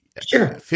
sure